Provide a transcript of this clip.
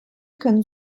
können